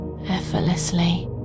effortlessly